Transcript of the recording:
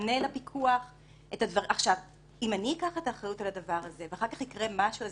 אני אקח את האחריות על הדבר הזה ויקרה משהו,